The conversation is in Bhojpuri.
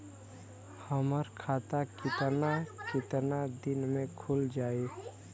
हमर खाता कितना केतना दिन में खुल जाई?